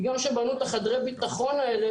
כי גם כשבנו את חדרי הביטחון האלה,